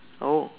oh